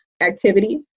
activity